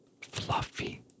fluffy